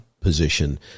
position